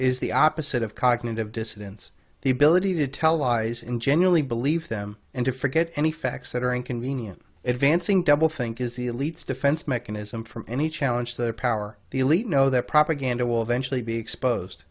is the opposite of cognitive dissidence the ability to tell lies in generally believe them and to forget any facts that are inconvenient advancing doublethink is the elite's defense mechanism for any challenge their power the elite know their propaganda will eventually be exposed